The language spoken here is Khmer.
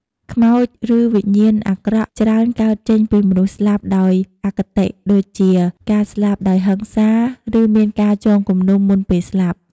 ខ្មោច ឬវិញ្ញាណអាក្រក់ច្រើនកើតចេញពីមនុស្សស្លាប់ដោយអគតិ ដូចជាការស្លាប់ដោយហិង្សា ឬមានការចងគំនុំមុនពេលស្លាប់។